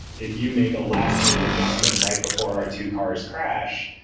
if you make a last minute adjustment right before our two cars crash,